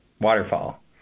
Waterfall